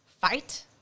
fight